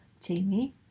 Jamie